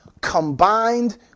combined